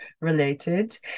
related